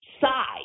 side